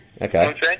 Okay